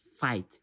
fight